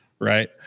Right